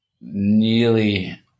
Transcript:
nearly